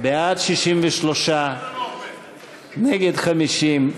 בעד, 63, נגד, 50,